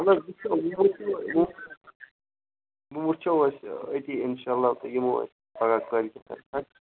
وَلہٕ حظ وٕچھو وۄنۍ وٕچھو أسۍ أتی اِنشاء اللہ تہٕ یِمو أسۍ پَگاہ کٲلۍکٮ۪تھ